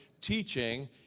teaching